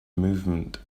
movement